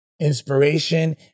inspiration